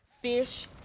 fish